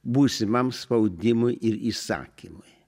būsimam spaudimui ir įsakymui